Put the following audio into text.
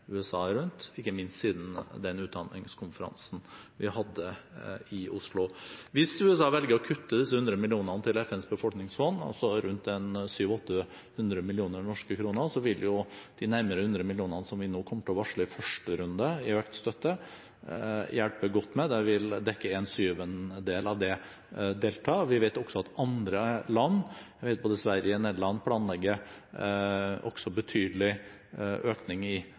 USA rundt, ikke minst siden den utdanningskonferansen vi hadde i Oslo. Hvis USA velger å kutte disse 100 millionene til FNs befolkningsfond, altså rundt 700–800 mill. kr, vil de nærmere 100 millionene som vi nå kommer til å varsle i økt støtte i første runde, hjelpe godt. De vil dekke en syvendedel av det deltaet. Vi vet også at andre land, både Sverige og Nederland, planlegger betydelig økning i